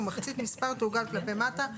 ומחצית מספר תעוגל כלפי מטה.